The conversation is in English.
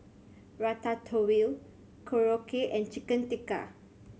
Ratatouille Korokke and Chicken Tikka